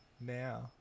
Now